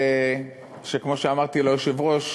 שכמו שאמרתי ליושב-ראש,